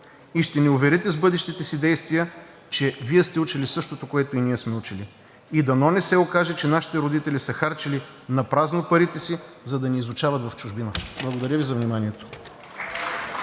и ще ни уверите с бъдещите си действия, че Вие сте учили същото, което и ние сме учили. И дано не се окаже, че нашите родители са харчили напразно парите си, за да ни изучат в чужбина. Благодаря Ви за вниманието.